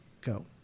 Go